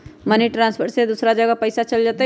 Money transfer से दूसरा जगह पईसा चलतई?